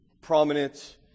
prominent